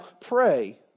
pray